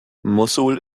mossul